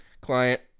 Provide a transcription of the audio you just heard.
Client